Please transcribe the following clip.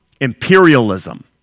imperialism